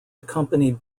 accompanied